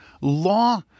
law